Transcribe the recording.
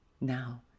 now